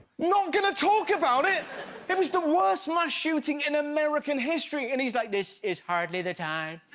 not gonna talk about it! it was the worst mass shooting in american history and he's like this is hardly the time.